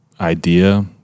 idea